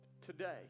Today